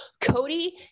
Cody